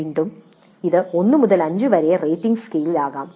വീണ്ടും ഇത് 1 മുതൽ 5 വരെ റേറ്റിംഗ് സ്കെയിലിൽ ആകാം